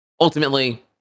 ultimately